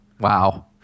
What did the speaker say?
Wow